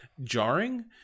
jarring